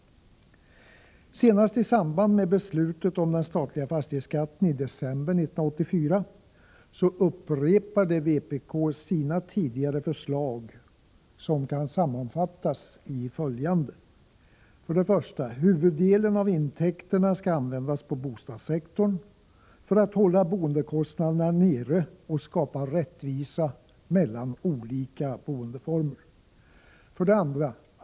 Senast i samband med beslutet om den statliga fastighetsskatten i december 1984 upprepade vpk sina tidigare förslag, som kan sammanfattas i följande: 1. Huvuddelen av intäkterna skall användas på bostadssektorn för att hålla boendekostnaderna nere och skapa rättvisa mellan olika boendeformer. 2.